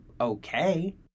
okay